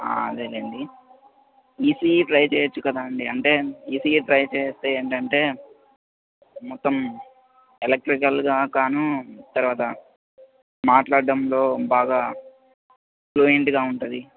ఆ అదేనండి ECE try చేయొచ్చు కదా అండి అంటే ఈసీఈ ట్రై చేస్తే ఏంటంటే మొత్తం ఎలక్ట్రికల్గా కాని తరవాత మాట్లాడడంలో బాగా ఫ్లూయెంట్గా ఉంటుంది